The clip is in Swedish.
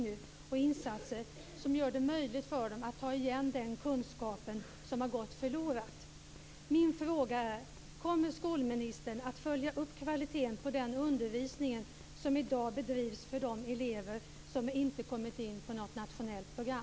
Vidare behövs det insatser som gör det möjligt för dem att ta igen den kunskap som har gått förlorad.